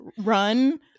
Run